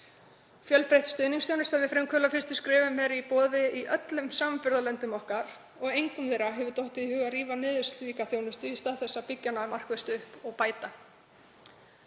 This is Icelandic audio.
Fjölbreytt stuðningsþjónusta við frumkvöðla á fyrstu skrefum er í boði í öllum samanburðarlöndum okkar og engum þeirra hefur dottið í hug að rífa niður slíka þjónustu í stað þess að byggja hana markvisst upp og bæta.